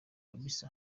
kbs